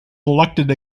elected